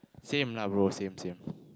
same lah bro same same